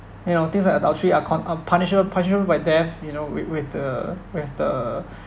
you know things like adultery are con are punishable punishable by death you know with with the with the